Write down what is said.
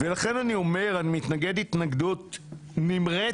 לכן אני אומר, אני מתנגד התנגדות נמרצת.